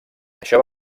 això